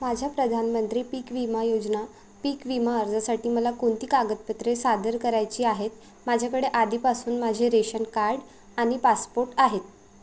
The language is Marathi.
माझ्या प्रधानमंत्री पीक विमा योजना पीक विमा अर्जासाठी मला कोणती कागदपत्रे सादर करायची आहेत माझ्याकडे आधीपासून माझे रेशन कार्ड आणि पासपोर्ट आहेत